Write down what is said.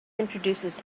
introduces